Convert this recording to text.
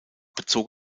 bezog